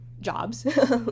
jobs